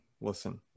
listen